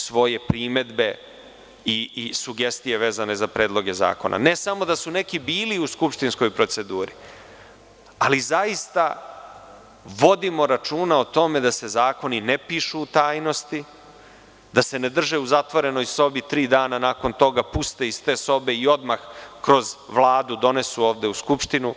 svoje primedbe i sugestije vezane za predloge zakona, ne samo da su neki bili u skupštinskoj proceduri, ali zaista vodimo računa o tome da se zakoni ne pišu u tajnosti, da se ne drže u zatvorenoj sobi tri dana, nakon toga puste iz te sobe i odmah kroz Vladu donesu ovde u Skupštinu.